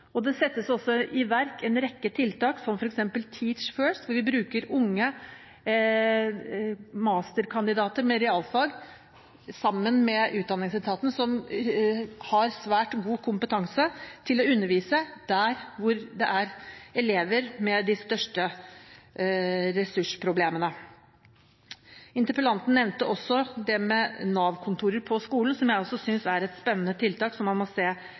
Det settes også i verk en rekke tiltak, som f.eks. «Teach First», hvor vi sammen med Utdanningsetaten bruker unge masterkandidater med realfag som har svært god kompetanse, til å undervise der hvor det er elever med de største ressursproblemene. Interpellanten nevnte også det med Nav-kontorer på skolen, som jeg også synes er et spennende tiltak man må se